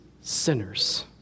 sinners